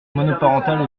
monoparentales